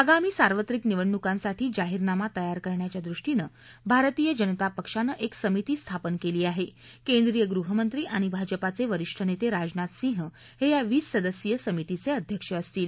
आगामी सार्वत्रिक निवडणुकांसाठी जाहीरनामा तयार करण्याच्या दृष्टीनं भारतीय जनता पक्षानं एक समिती स्थापन केली आहे केंद्रीय गृहमंत्री आणि भाजपाचे वरिष्ठ नेते राजनाथ सिंह हे या वीस सदस्यीय समितीचे अध्यक्ष असतील